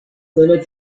limits